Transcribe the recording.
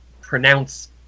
pronounce